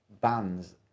bands